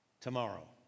tomorrow